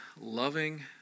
loving